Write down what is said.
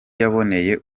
yaboneye